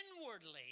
inwardly